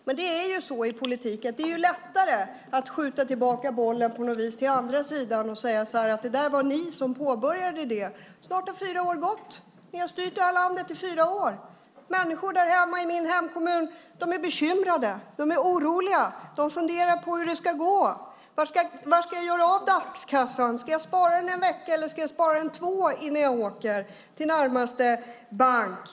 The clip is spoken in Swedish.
Men i politiken är det lättare att skjuta tillbaka bollen till andra sidan och säga: Det var ni som påbörjade detta. Snart har fyra år gått då ni har styrt detta land. Människor i min hemkommun är bekymrade och oroliga. De funderar på hur det ska gå. Var ska man göra av dagskassan? Ska man spara den en vecka eller två veckor innan man åker till närmaste bank?